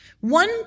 One